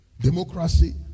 democracy